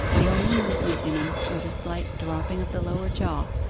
the only movement in him was a slight dropping of the lower jaw,